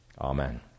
Amen